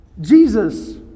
Jesus